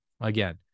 Again